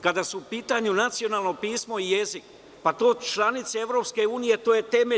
Kada su u pitanju nacionalno pismo i jezik, to je članicama EU temelj.